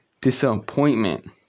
disappointment